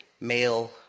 male